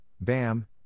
Bam